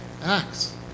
Acts